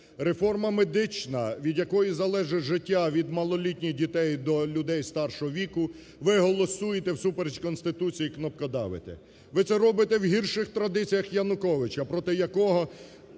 Реформа медична, від якої залежить життя від малолітніх дітей до людей старшого віку, ви голосуєте всупереч Конституції і кнопкодавите. Ви це робите в гірших традиціях Януковича, проти якого